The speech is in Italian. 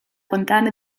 fontana